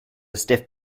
stiff